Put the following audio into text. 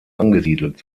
angesiedelt